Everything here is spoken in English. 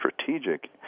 strategic